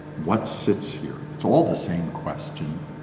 what sits here? it's all the same question!